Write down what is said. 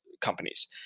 companies